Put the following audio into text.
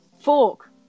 Fork